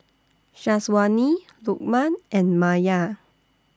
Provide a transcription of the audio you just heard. Syazwani Lukman and Maya